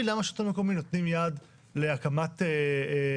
למה לרשות המקומית נותנים יד להקמת מוסד